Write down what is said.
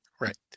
right